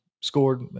scored